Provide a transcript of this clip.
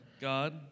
God